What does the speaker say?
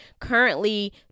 currently